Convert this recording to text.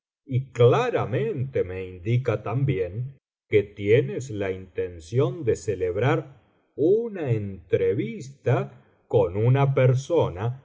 claramente me indica también que tienes la intención de celebrar una entrevista con una persona